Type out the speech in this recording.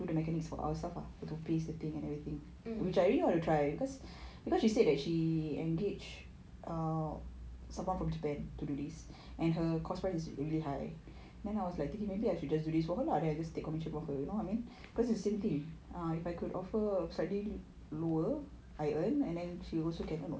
mm